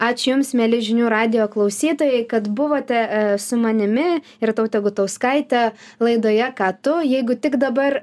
ačiū jums mieli žinių radijo klausytojai kad buvote su manimi irtaute gutauskaite laidoje ką tu jeigu tik dabar